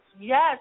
Yes